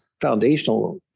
foundational